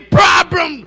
problem